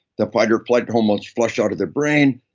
the fight-orflight hormone's flushed out of their brain.